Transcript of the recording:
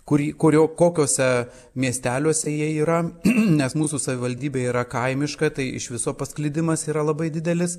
kurį kurio kokiuose miesteliuose jie yra nes mūsų savivaldybė yra kaimiška tai iš viso pasklidimas yra labai didelis